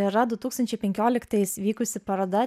yra du tūkstančiai penkioliktais vykusi paroda